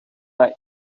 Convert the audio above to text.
vậy